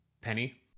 Penny